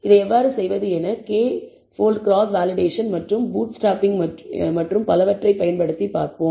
இதை எவ்வாறு செய்வது என கே போல்ட் கிராஸ் வேலிடேஷன் மற்றும் பூட்ஸ்ட்ராப்பிங் மற்றும் பலவற்றைப் பயன்படுத்தி பார்ப்போம்